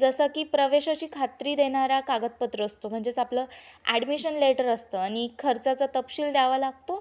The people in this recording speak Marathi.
जसं की प्रवेशाची खात्री देणारा कागदपत्र असतो म्हणजेच आपलं ॲडमिशन लेटर असतं आणि खर्चाचा तपशील द्यावा लागतो